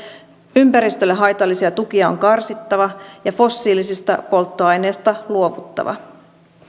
ympäristölle haitallisia tukia on karsittava ja fossiilisista polttoaineista luovuttava